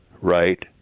Right